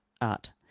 art